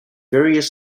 various